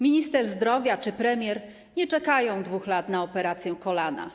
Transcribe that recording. Minister zdrowia czy premier nie czekają 2 lat na operację kolana.